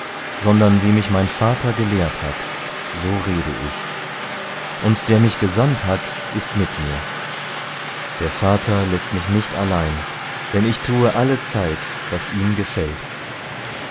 sondern wie mich mein vater gelehrt hat so rede ich und der mich gesandt hat ist mit mir der vater läßt mich nicht allein denn ich tue allezeit was ihm gefällt